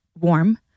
warm